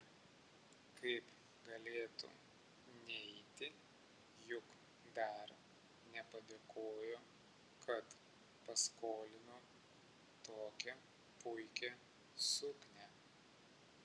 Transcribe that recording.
kaip galėtų neiti juk dar nepadėkojo kad paskolino tokią puikią suknią